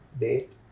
Date